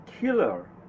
killer